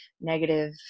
negative